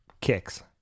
kicks